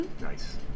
nice